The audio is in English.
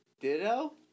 Ditto